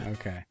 okay